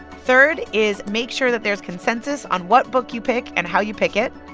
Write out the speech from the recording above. third is make sure that there's consensus on what book you pick and how you pick it.